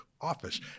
office